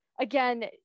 Again